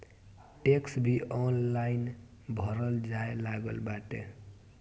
tax भी online भरल जाए लागल बाटे